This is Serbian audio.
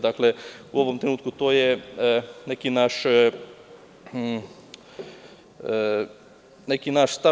Dakle, u ovom trenutku to je neki naš stav.